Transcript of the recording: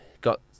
got